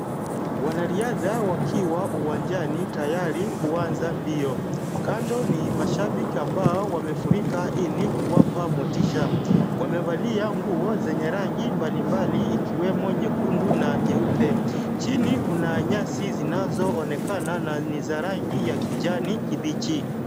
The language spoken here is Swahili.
Wanariadha wakiwa uwanjani tayari kuanza mbio. Kando ni mashabiki ambao wamefurika ili kuwapa motisha. Wamevalia nguo zenye rangi mbalimbali ikiwemo nyekundu na nyeupe. Chini kuna nyasi zinazoonekana na ni za rangi ya kijani kibichi.